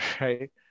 right